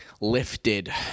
lifted